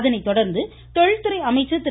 அதனைத்தொடா்ந்து தொழில்றை அமைச்சா் திரு